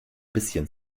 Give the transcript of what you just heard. bisschen